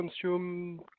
consume